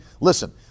Listen